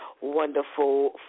wonderful